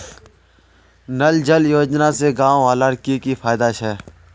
नल जल योजना से गाँव वालार की की फायदा छे?